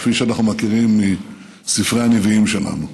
כפי שאנחנו מכירים מספרי הנביאים שלנו: